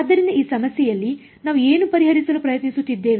ಆದ್ದರಿಂದ ಈ ಸಮಸ್ಯೆಯಲ್ಲಿ ನಾವು ಏನು ಪರಿಹರಿಸಲು ಪ್ರಯತ್ನಿಸುತ್ತಿದ್ದೇವೆ